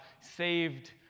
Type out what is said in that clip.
saved